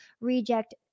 reject